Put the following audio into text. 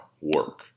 work